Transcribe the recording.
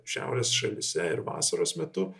šiaurės šalyse ir vasaros metu